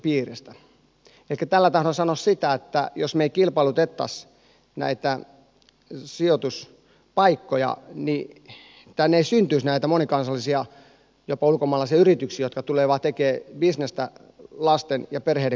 elikkä tällä tahdon sanoa sitä että jos me emme kilpailuttaisi näitä sijoituspaikkoja niin tänne ei syntyisi näitä monikansallisia jopa ulkomaalaisia yrityksiä jotka tulevat vain tekemään bisnestä lasten ja perheiden kustannuksella